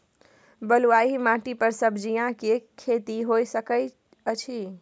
बलुआही माटी पर सब्जियां के खेती होय सकै अछि?